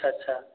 अच्छा